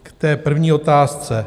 K té první otázce.